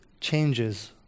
changes